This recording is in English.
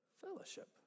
Fellowship